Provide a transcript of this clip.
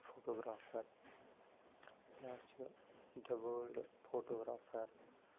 photographer بیاکھ چھِ the world photographer